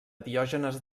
diògenes